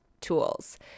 tools